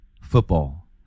football